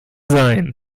sein